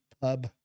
Pub